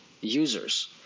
users